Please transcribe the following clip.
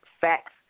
facts